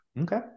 Okay